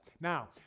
Now